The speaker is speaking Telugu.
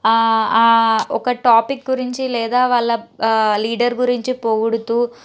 ఒక టాపిక్ గురించి లేదా వాళ్ళ లీడర్ గురించి పొగుడుతూ